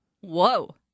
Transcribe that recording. Whoa